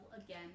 again